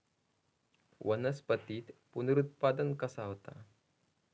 वनस्पतीत पुनरुत्पादन कसा होता?